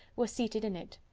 were seated in it.